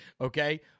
okay